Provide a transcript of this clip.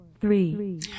Three